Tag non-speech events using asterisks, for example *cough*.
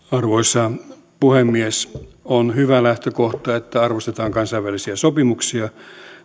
*unintelligible* arvoisa puhemies on hyvä lähtökohta että arvostetaan kansainvälisiä sopimuksia